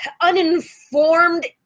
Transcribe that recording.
uninformed